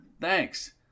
Thanks